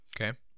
Okay